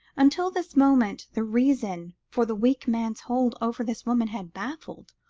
until this moment the reason for the weak man's hold over this woman had baffled,